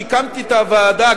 כשהקמתי את הוועדה,